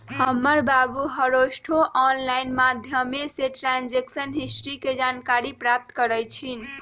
हमर बाबू हरसठ्ठो ऑनलाइन माध्यमें से ट्रांजैक्शन हिस्ट्री के जानकारी प्राप्त करइ छिन्ह